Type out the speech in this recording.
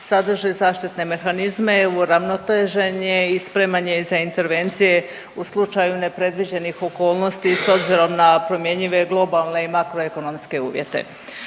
sadrži zaštitne mehanizme, uravnotežen je i spreman je za intervencije u slučaju nepredviđenih okolnosti s obzirom na promjenjive globalne i makro ekonomske uvjete.